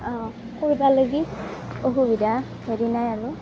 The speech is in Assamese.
সুবিধা হেৰি নাই আৰু